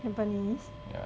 tampines